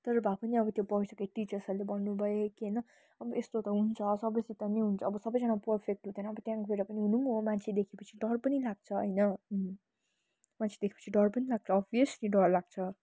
तर भए पनि अब त्यो पढिसकेर टिचर्सहरूले भन्नु भयो कि होइन अब यस्तो त हुन्छ सबैसित नै हुन्छ अब सबैजना पर्फेक्ट हुँदैन अब त्यहाँ गएर पनि हुनु पनि हो मान्छे देखेपछि डर पनि लाग्छ होइन मान्छे देखेपछि डर पनि लाग्छ अबियस्ली डर लाग्छ